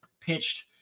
pitched